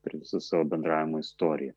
per visą savo bendravimo istoriją